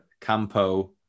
Campo